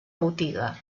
botiga